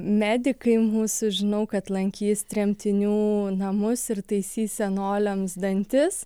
medikai sužinau kad lankys tremtinių namus ir taisys senoliams dantis